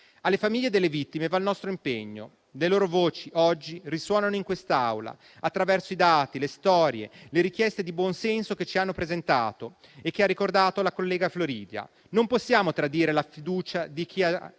Alle famiglie delle vittime va il nostro impegno; le loro voci oggi risuonano in quest'Aula, attraverso i dati, le storie, le richieste di buonsenso che ci hanno presentato e che ha ricordato la collega Floridia. Non possiamo tradire la fiducia di chi ha